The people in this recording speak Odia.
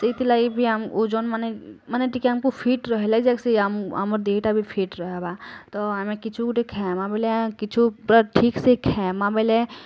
ସେଇଥିଲାଗି ବି ଆମ୍ ଓଜନ୍ ମାନେ ମାନେ ଟିକେ ଆମକୁ ଫିଟ୍ ରହେଲେ ଯାଇକି ସେ ଆମର୍ ଦିହିଟା ଫିଟ୍ ରହେବା ତ ଆମେ କିଛୁ ଗୋଟେ ଖାଏମା ବଲେ କିଛୁ ପୂରା ଠିକ୍ ସେ ଖାଏମା ବେଲେ